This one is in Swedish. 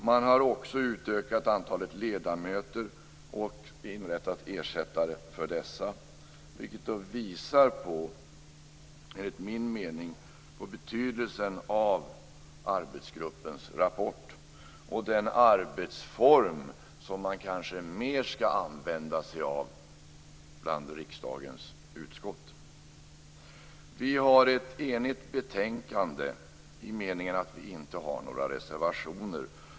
Man har också utökat antalet ledamöter och utsett ersättare för dessa, vilket enligt min mening visar betydelsen av arbetsgruppens rapport. Detta är en arbetsform som riksdagens utskott kanske mera skall använda sig av. Betänkandet är enhälligt i den meningen att det inte finns några reservationer fogade till det.